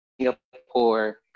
Singapore